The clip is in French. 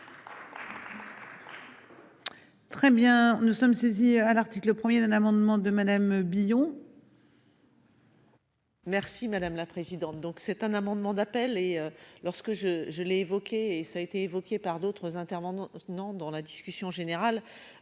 Très bien. Nous sommes saisis à l'article 1er d'un amendement de Mannheim Billon.-- Merci madame la présidente. Donc c'est un amendement d'appel et lorsque je je l'ai évoqué, et ça a été évoqué par d'autres interventions non dans la discussion générale.